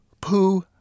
Poo